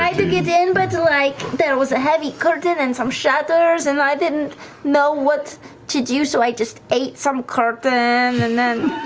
to get in, but like there was a heavy curtain and some shutters and i didn't know what to do. so i just ate some curtain and then